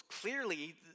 clearly